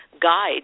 Guide